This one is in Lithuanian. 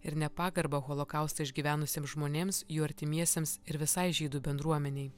ir nepagarbą holokaustą išgyvenusiems žmonėms jų artimiesiems ir visai žydų bendruomenei